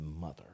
mother